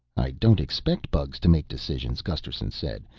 i don't expect bugs to make decisions, gusterson said.